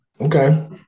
okay